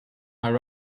are